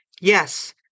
Yes